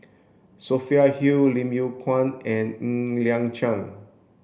Sophia Hull Lim Yew Kuan and Ng Liang Chiang